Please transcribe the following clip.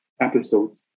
episodes